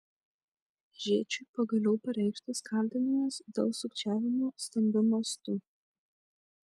žėčiui pagaliau pareikštas kaltinimas dėl sukčiavimo stambiu mastu